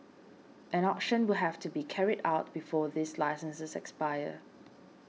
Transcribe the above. an auction will have to be carried out before these licenses expire